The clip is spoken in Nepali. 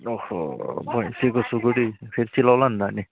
ओहो भैँसीको सुकुटी फेरि चिलाउला नि त अनि